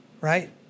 Right